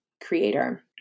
creator